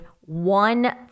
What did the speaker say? one